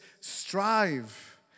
strive